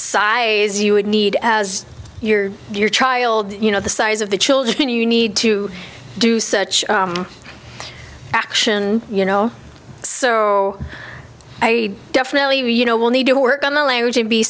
size you would need as your child you know the size of the children you need to do such action you know so i definitely you know will need to work on the language and be